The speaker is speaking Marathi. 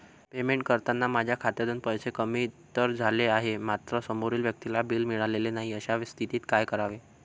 पेमेंट करताना माझ्या खात्यातून पैसे कमी तर झाले आहेत मात्र समोरील व्यक्तीला बिल मिळालेले नाही, अशा स्थितीत काय करावे?